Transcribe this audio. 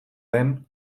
den